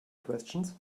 questions